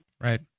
Right